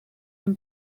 him